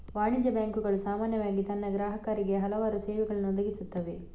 ವಾಣಿಜ್ಯ ಬ್ಯಾಂಕುಗಳು ಸಾಮಾನ್ಯವಾಗಿ ತನ್ನ ಗ್ರಾಹಕರಿಗೆ ಹಲವಾರು ಸೇವೆಗಳನ್ನು ಒದಗಿಸುತ್ತವೆ